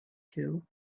two